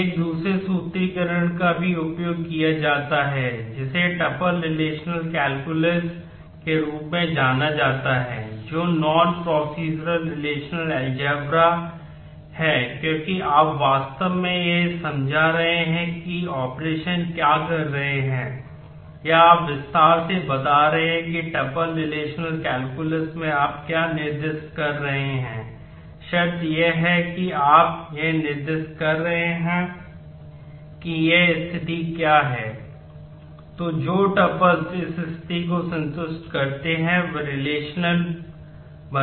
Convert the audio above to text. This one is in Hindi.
एक दूसरे सूत्रीकरण का भी उपयोग किया जाता है जिसे टपल रिलेशनल कैलकुलस में आप क्या निर्दिष्ट कर रहे हैं